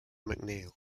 mcneil